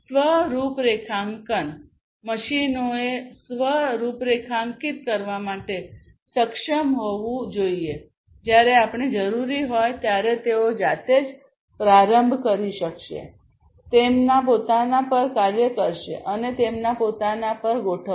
સ્વ રૂપરેખાંકન મશીનોએ સ્વ રૂપરેખાંકિત કરવા માટે સક્ષમ હોવું જોઈએ જ્યારે પણ જરૂરી હોય ત્યારે તેઓ જાતે જ પ્રારંભ કરી શકશે તેમના પોતાના પર કાર્ય કરશે અને તેમના પોતાના પર ગોઠવે